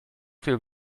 viel